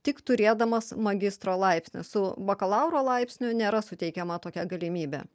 tik turėdamas magistro laipsnį su bakalauro laipsniu nėra suteikiama tokia galimybė